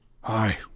hi